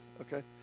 okay